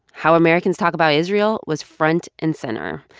how americans talk about israel, was front and center.